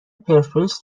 پرسپولیس